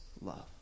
love